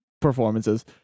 performances